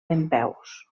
dempeus